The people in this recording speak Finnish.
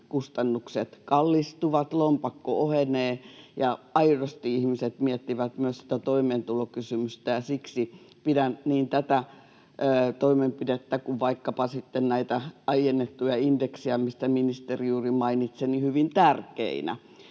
kustannukset kallistuvat, lompakko ohenee, ja aidosti ihmiset miettivät myös sitä toimeentulokysymystä, ja siksi pidän niin tätä toimenpidettä kuin vaikkapa sitten näitä aiennettuja indeksejä, mistä ministeri juuri mainitsi, hyvin tärkeinä.